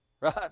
right